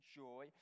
joy